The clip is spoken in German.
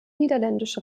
niederländische